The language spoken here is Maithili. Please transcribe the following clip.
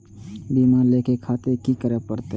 बीमा लेके खातिर की करें परतें?